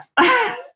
yes